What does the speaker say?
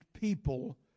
people